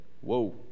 Whoa